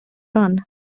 run